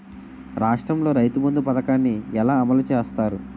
రాష్ట్రంలో రైతుబంధు పథకాన్ని ఎలా అమలు చేస్తారు?